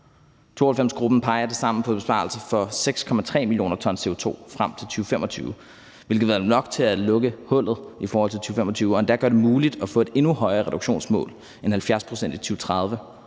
92-gruppen peger tilsammen på besparelser på 6,3 mio. t CO2 frem til 2025, hvilket vil være nok til at lukke hullet i forhold til 2025, og som endda gør det muligt at få et endnu højere reduktionsmål end 70 pct. i 2030.